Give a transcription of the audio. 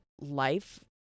life